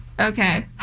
okay